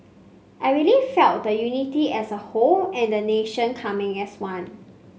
I really felt the unity as a whole and the nation coming as one